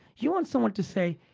you want someone to say,